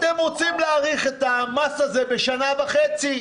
אתם רוצים להאריך את המס הזה בשנה וחצי.